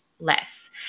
less